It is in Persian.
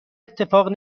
اتفاق